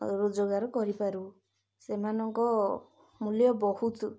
ରୋଜଗାର କରିପାରୁ ସେମାନଙ୍କ ମୂଲ୍ୟ ବହୁତ